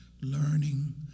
learning